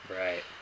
Right